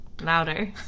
Louder